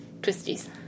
twisties